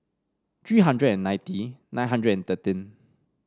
three hundred and ninety nine hundred and thirteen